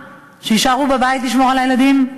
שיישארו בבית לשמור על הילדים?